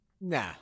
Nah